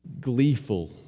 gleeful